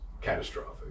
catastrophic